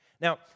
Now